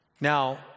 Now